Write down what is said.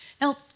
Now